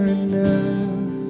enough